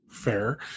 Fair